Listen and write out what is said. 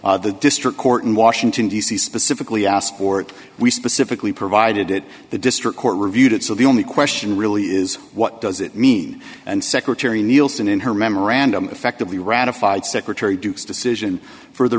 the district court in washington d c specifically asked for it we specifically provided it the district court reviewed it so the only question really is what does it mean and secretary neilson in her memorandum effectively ratified secretary duke's decision for the